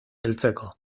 heltzeko